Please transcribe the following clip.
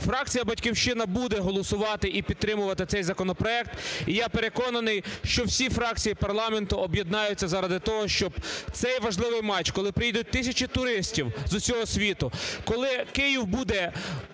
Фракція "Батьківщина" буде голосувати і підтримувати цей законопроект. І я переконаний, що всі фракції парламенту об'єднаються заради того, щоб цей важливий матч, коли приїдуть тисячі туристів з усього світу, коли Київ буде